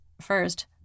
First